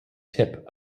tip